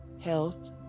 health